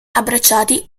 abbracciati